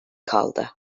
kaldı